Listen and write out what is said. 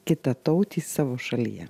kitatautį savo šalyje